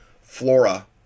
flora